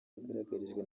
yagaragarijwe